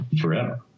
forever